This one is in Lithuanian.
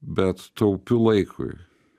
bet taupiu laikui